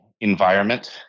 Environment